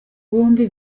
bombi